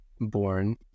born